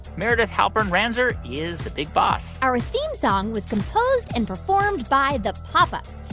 meredith halpern-ranzer is the big boss our theme song was composed and performed by the pop ups.